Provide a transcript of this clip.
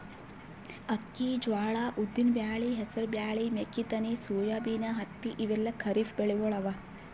ಅಕ್ಕಿ, ಜ್ವಾಳಾ, ಉದ್ದಿನ್ ಬ್ಯಾಳಿ, ಹೆಸರ್ ಬ್ಯಾಳಿ, ಮೆಕ್ಕಿತೆನಿ, ಸೋಯಾಬೀನ್, ಹತ್ತಿ ಇವೆಲ್ಲ ಖರೀಫ್ ಬೆಳಿಗೊಳ್ ಅವಾ